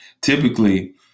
typically